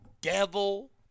devil